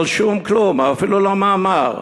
אבל שום כלום, אפילו לא מאמר.